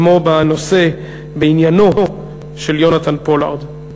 כמו בעניינו של יונתן פולארד.